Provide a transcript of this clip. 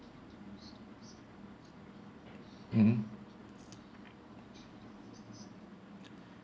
mm mm